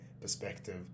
perspective